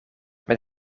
met